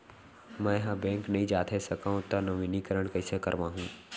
मैं ह बैंक नई जाथे सकंव त नवीनीकरण कइसे करवाहू?